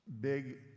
big